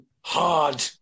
hard